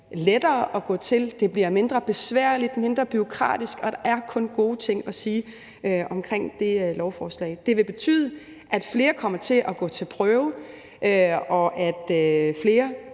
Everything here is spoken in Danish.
lettere at gå til, det bliver mindre besværligt, mindre bureaukratisk, og der er kun gode ting at sige om det lovforslag. Det vil betyde, at flere kommer til at gå til prøve, og at flere